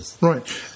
right